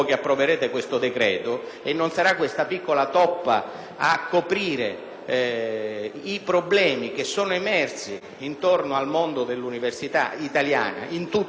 a coprire i problemi emersi intorno al mondo dell'università italiana, in tutte le parti d'Italia. Avremmo potuto proporvi